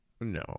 no